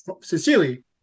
sincerely